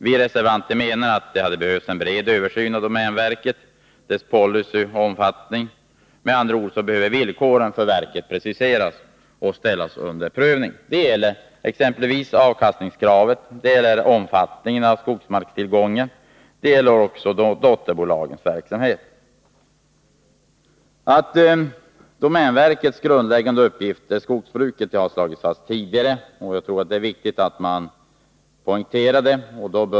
Vi reservanter menar att det hade behövts en bred översyn av domänverket, dess policy och omfattning. Vi anser med andra ord att villkoren för verket behöver preciseras och ställas under prövning. Det gäller exempelvis avkastningskravet och omfattningen av skogsmarkstillgången samt dotterbolagens verksamhet. Att domänverkets grundläggande uppgift är skogsbruket har slagits fast tidigare, och jag tror att det är viktigt att poängtera detta.